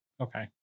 Okay